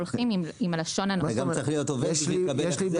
אתה גם צריך להיות עובד כדי לקבל החזר.